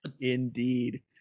Indeed